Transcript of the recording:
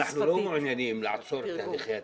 אנחנו לא מעוניינים לעצור את הליכי התכנון.